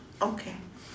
okay